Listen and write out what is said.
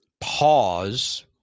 pause